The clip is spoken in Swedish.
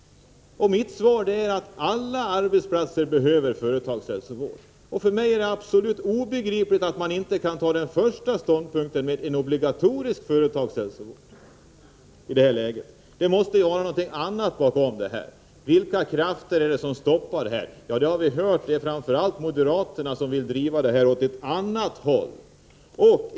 Mitt svar är att alla arbetsplatser behöver det. För mig är det absolut obegripligt att man inte kan välja den förstnämnda ståndpunkten — med en obligatorisk företagshälsovård. Något annat måste finnas bakom detta. Vilka krafter är det som stoppar? Jo, det är framför allt moderaterna, som vill driva det hela åt annat håll.